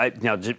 Now